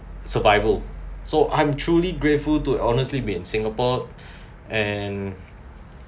survival so I'm truly grateful to honestly be in singapore and